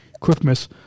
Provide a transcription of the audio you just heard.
Christmas